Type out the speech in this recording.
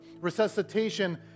resuscitation